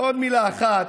ועוד מילה אחת: